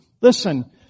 Listen